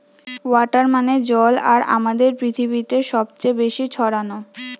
water মানে জল আর আমাদের পৃথিবীতে সবচে বেশি ছড়ানো